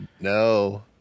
No